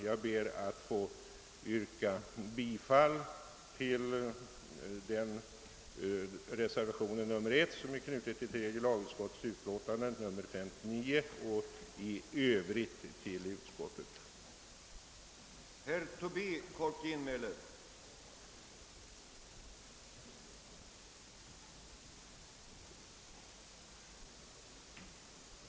Jag ber att beträffande punkt B få yrka bifall till den nyssnämnda reservationen I och i övrigt till utskottets förslag.